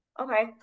Okay